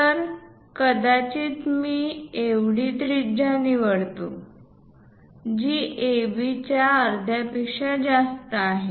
तर कदाचित मी एवढी त्रिज्या निवडतो जी AB च्या अर्ध्यापेक्षा जास्त आहे